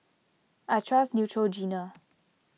I trust Neutrogena